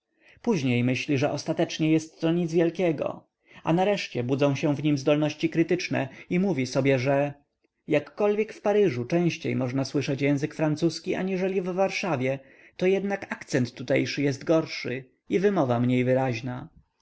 później myśli że ostatecznie jestto nic wielkiego a nareszcie budzą się w nim zdolności krytyczne i mówi sobie że jakkolwiek w paryżu częściej można słyszeć język francuski aniżeli w warszawie to jednak akcent tutejszy jest gorszy i wymowa mniej wyraźna